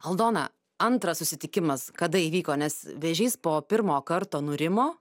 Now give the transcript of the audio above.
aldona antras susitikimas kada įvyko nes vėžys po pirmo karto nurimo